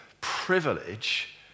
privilege